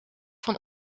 van